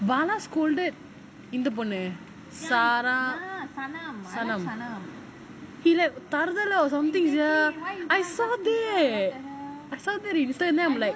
shan scolded இந்த பொண்ணு:intha ponnu saara sanam he like தறுதலை:tharuthalai or something sia I saw that Instagram then I am like